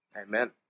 Amen